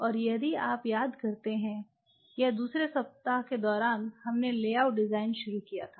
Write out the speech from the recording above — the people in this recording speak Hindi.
और यदि आप याद करते हैं या दूसरे सप्ताह के दौरान हमने लेआउट डिजाइन शुरू किया है